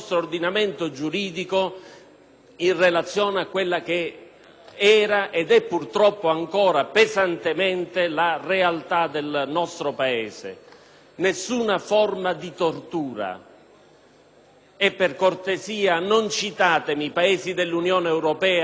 era ed è, purtroppo, ancora pesantemente la realtà del nostro Paese. Nessuna forma di tortura e, per cortesia, non citate Paesi dell'Unione europea che hanno un sistema penitenziario che vede il nostro